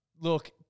Look